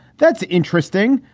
that's interesting.